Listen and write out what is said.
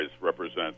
represent